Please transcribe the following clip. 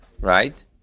right